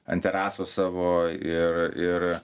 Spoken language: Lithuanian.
ant terasos savo ir ir